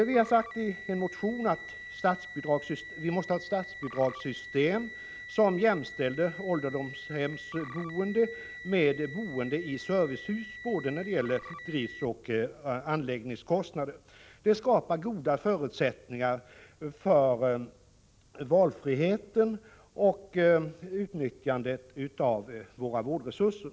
Vi har i en motion framhållit att statsbidragssystemet måste vara så utformat att ålderdomshemsboende jämställs med boende i servicehus både när det gäller driftsoch när det gäller anläggningskostnader. Detta skapar goda förutsättningar för valfrihet och ett gott utnyttjande av våra vårdresurser.